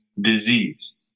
disease